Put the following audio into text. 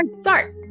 start